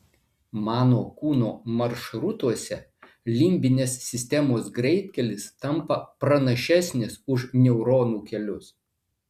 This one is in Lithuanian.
mano kūno maršrutuose limbinės sistemos greitkelis tampa pranašesnis už neuronų kelius